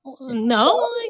No